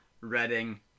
Reading